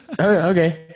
Okay